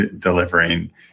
delivering